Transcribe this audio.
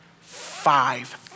five